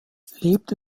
lebte